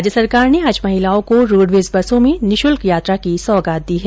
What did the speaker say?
राज्य सरकार ने आज महिलाओं को रोडवेज बसों में निःशल्क यात्रा की सौगात दी है